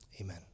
Amen